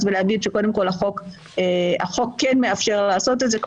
ולהגיד שקודם כל החוק כן מאפשר לעשות את זה.